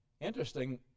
Interesting